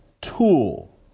tool